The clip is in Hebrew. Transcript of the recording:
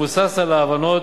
ומבוסס על ההבנות